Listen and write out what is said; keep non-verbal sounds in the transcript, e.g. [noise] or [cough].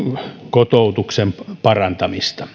kotoutuksen parantamista [unintelligible]